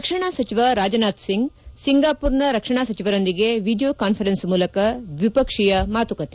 ರಕ್ಷಣಾ ಸಚಿವ ರಾಜನಾಥ್ ಸಿಂಗ್ ಸಿಂಗಾಮರ್ನ ರಕ್ಷಣಾ ಸಚಿವರೊಂದಿಗೆ ವಿಡಿಯೋ ಕಾಸ್ಲರೆನ್ಸ್ ಮೂಲಕ ದ್ನಿಪಕ್ಷೀಯ ಮಾತುಕತೆ